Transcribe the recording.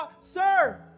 Sir